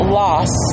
loss